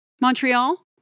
Montreal